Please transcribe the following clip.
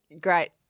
Great